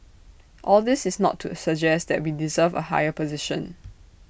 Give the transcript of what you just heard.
all this is not to suggest that we deserve A higher position